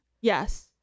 Yes